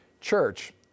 church